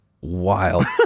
wild